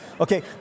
Okay